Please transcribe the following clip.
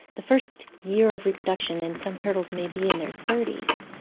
the first year of reproduction in some turtles may be in their thirty s,